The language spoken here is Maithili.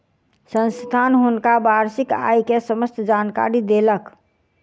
संस्थान हुनका वार्षिक आय के समस्त जानकारी देलक